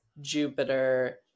Jupiter